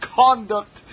conduct